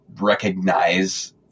recognize